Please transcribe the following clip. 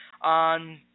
on